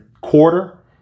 quarter